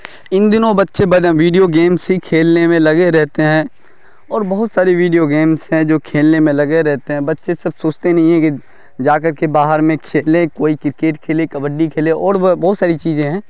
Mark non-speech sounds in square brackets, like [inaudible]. ان دنوں بچے [unintelligible] video games ہی کھیلنے میں لگے رہتے ہیں اور بہت ساری ویڈیو گیمس ہیں جو کھیلنے میں لگے رہتے ہیں بچے سب سوچتے نہیں ہیں کہ جا کر کے باہر میں کھیلیں کوئی کرکٹ کھیلے کبڈی کھیلے اور بہت ساری چیزیں ہیں